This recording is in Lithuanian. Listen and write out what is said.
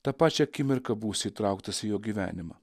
tą pačią akimirką būsi įtrauktas į jo gyvenimą